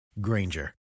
Granger